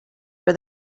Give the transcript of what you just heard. were